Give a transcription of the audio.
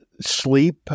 sleep